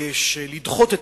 מתבקש לדחות את